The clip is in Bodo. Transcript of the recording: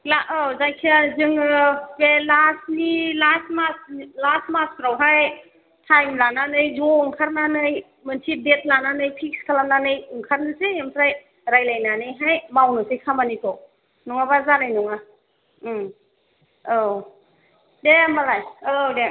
ला जायखिजाया जोङो बे लास्टनि लास्ट मास लास्ट मासफ्रावहाय टाइम लानानै ज' ओंखारनानै मोनसे डेट लानानै फिक्स खालामनानै ओंखारनोसै ओमफ्राय रायज्लायनानैहाय मावनोसै खामानिखौ नङाबा जानाय नङा औ दे होनबालाय औ दे ओं